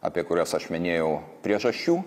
apie kurias aš minėjau priežasčių